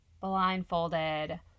blindfolded